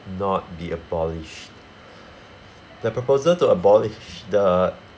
not be abolished the proposal to abolish the